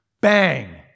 Bang